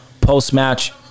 Post-match